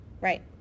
right